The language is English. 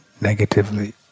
negatively